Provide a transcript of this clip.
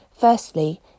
firstly